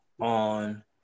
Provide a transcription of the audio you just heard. on